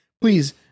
Please